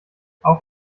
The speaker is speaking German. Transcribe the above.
auch